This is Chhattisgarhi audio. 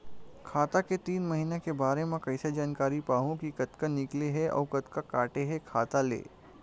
खाता के तीन महिना के बारे मा कइसे जानकारी पाहूं कि कतका निकले हे अउ कतका काटे हे खाता ले?